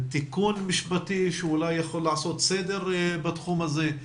לעשות איזשהו תיקון משפטי שאולי יכול לעשות סדר בתחום הזה?